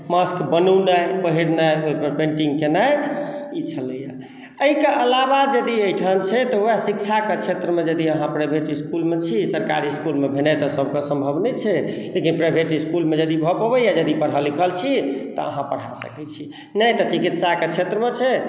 mask बनौनाइ पहिरनाइ ओहिपर पेन्टिंग केनाइ ई छलैया एहिके अलावा यदि एहिठाम छै तऽ वएह शिक्षा के क्षेत्र मे यदि अहाँ प्राइवेट इसकुलमे छी सरकारी इसकुलमे भेनाइ तऽ सबके सम्भव नहि छै लेकिन प्राइवेट इसकुलमे यदि भऽ पबैया यदि पढ़ल लिखल छी तऽ अहाँ पढ़ाए सकै छी नहि तऽ चिकित्सा के क्षेत्र मे छै